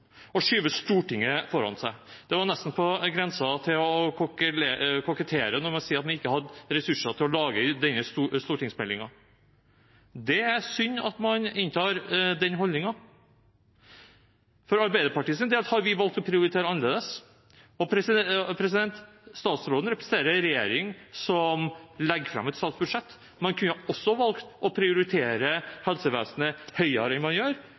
Stortinget foran seg. Det er nesten på grensen til å kokettere når man sier man ikke hadde ressurser til å lage denne stortingsmeldingen. Det er synd at man inntar den holdningen. For Arbeiderpartiets del har vi valgt å prioritere annerledes. Statsråden representerer en regjering som legger fram et statsbudsjett. Man kunne valgt å prioritere helsevesenet høyere enn man gjør,